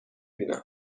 بینم